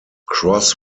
cross